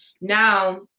now